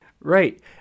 Right